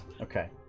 Okay